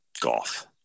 golf